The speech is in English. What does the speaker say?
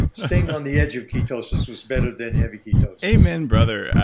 staying on the edge of ketosis was better than heavy ketosis amen, brother.